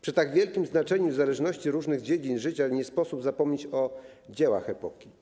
Przy tak wielkim znaczeniu w zależności od różnych dziedzin życia nie sposób zapomnieć o dziełach epoki.